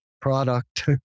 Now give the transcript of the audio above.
product